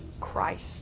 Christ